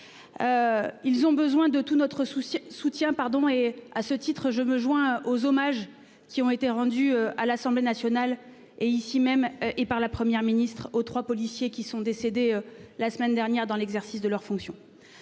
Ils ont besoin de tout notre souci soutien pardon et à ce titre je me joins aux hommages qui ont été rendus à l'Assemblée nationale et ici même et par la Première ministre aux 3 policiers qui sont décédés. La semaine dernière dans l'exercice de leurs fonctions.